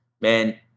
man